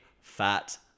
fat